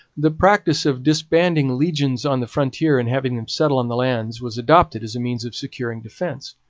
the practice of disbanding legions on the frontier and having them settle on the lands was adopted as a means of securing defence,